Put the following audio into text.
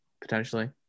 potentially